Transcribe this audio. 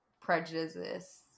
prejudices